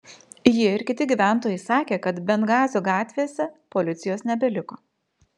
ji ir kiti gyventojai sakė kad bengazio gatvėse policijos nebeliko